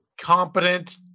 competent